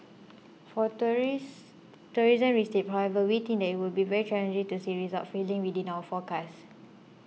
for tourism receipts however we think it would be very challenging to see results falling within our forecast